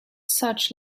such